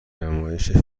نمایش